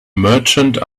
merchant